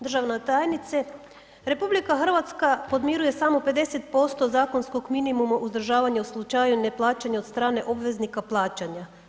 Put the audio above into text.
Državna tajnice, RH podmiruje samo 50% zakonskog minimuma uzdržavanja u slučaju neplaćanja od strane obveznika plaćanja.